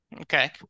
okay